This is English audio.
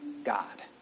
God